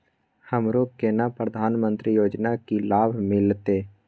हमरो केना प्रधानमंत्री योजना की लाभ मिलते?